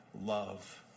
love